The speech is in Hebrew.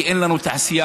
כי אין לנו תעשייה,